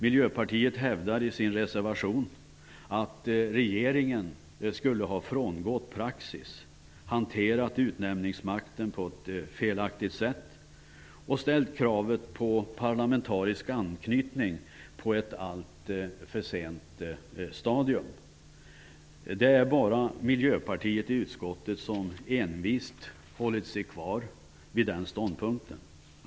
Miljöpartiet hävdar i sin reservation att regeringen skulle ha frångått praxis, hanterat utnämningsmakten på ett felaktigt sätt och ställt kravet på parlamentarisk anknytning på ett alltför sent stadium. Det är bara miljöpartiet i utskottet som envist hållt sig kvar vid den ståndpunkten.